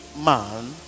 man